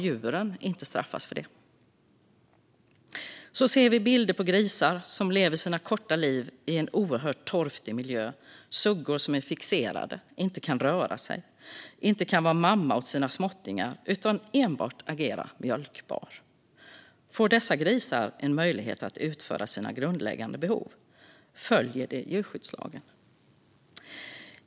Vi ser också bilder på grisar som lever sina korta liv i en oerhört torftig miljö. Vi ser suggor som är fixerade och inte kan röra sig eller vara mamma åt sina småttingar utan enbart agerar mjölkbar. Får dessa grisar en möjlighet att tillfredsställa sina grundläggande behov? Följer detta djurskyddslagen?